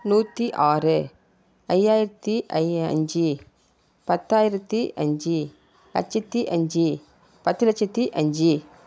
நூற்றி ஆறு ஐயாயிரத்தி அஞ்சு பத்தாயிரத்தி அஞ்சு லட்சத்தி அஞ்சு பத்து லட்சத்தி அஞ்சு